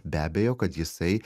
be abejo kad jisai